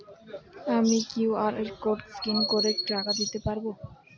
আমি QR code scan করে টাকা দিতে পারবো?